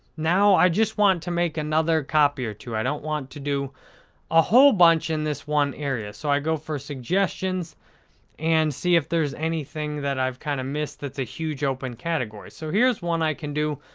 now, i just want to make another copy or two. i don't want to do a whole bunch in this one area. so, i go for suggestions and see if there's anything that i've kind of missed that's a huge open category. so, here's one i can do.